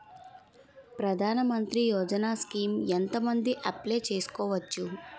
ప్రధాన మంత్రి యోజన స్కీమ్స్ ఎంత మంది అప్లయ్ చేసుకోవచ్చు?